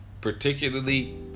particularly